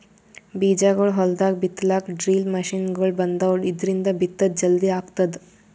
ಬೀಜಾಗೋಳ್ ಹೊಲ್ದಾಗ್ ಬಿತ್ತಲಾಕ್ ಡ್ರಿಲ್ ಮಷಿನ್ಗೊಳ್ ಬಂದಾವ್, ಇದ್ರಿಂದ್ ಬಿತ್ತದ್ ಜಲ್ದಿ ಆಗ್ತದ